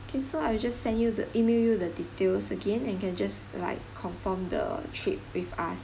K so I will just send you the email you the details again and can just like confirm the trip with us